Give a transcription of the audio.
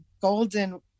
golden